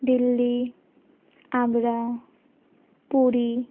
Delhi Agra Puri